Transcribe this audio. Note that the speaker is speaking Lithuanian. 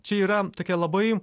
čia yra tokia labai